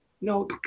No